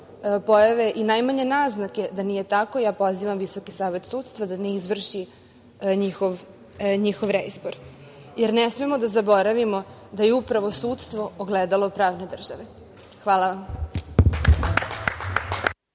pojave i najmanje naznake da nije tako, ja pozivam Visoki savet sudstva da ne izvrši njihov reizbor. Jer, ne smemo da zaboravimo da je upravo sudstvo ogledalo pravne države. Hvala vam.